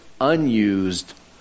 unused